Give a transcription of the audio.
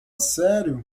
sério